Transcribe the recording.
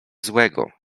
złego